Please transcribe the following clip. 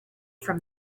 from